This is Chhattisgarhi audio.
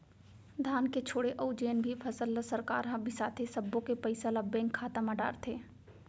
धान के छोड़े अउ जेन भी फसल ल सरकार ह बिसाथे सब्बो के पइसा ल बेंक खाता म डारथे